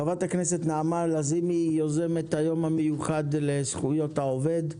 חברת הכנסת נעמה לזימי היא יוזמת היום המיוחד לזכויות העובד.